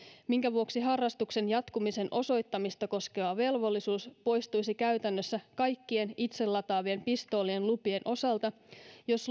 minkä vuoksi harrastuksen jatkumisen osoittamista koskeva velvollisuus poistuisi käytännössä kaikkien itselataavien pistoolien lupien osalta jos